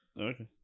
okay